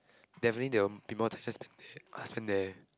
definitely there will be more time just spent there uh spent there